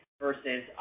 versus